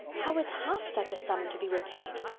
how is half such a sum to be repaid?